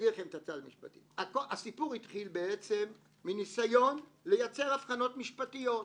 הסיפור התחיל מניסיון לייצר אבחנות משפטיות,